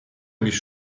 mich